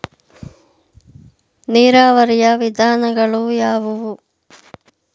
ನೀರಾವರಿಯ ವಿಧಾನಗಳು ಯಾವುವು?